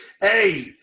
Hey